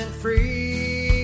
free